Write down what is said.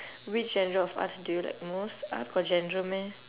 which genre of arts do you like most art got genre meh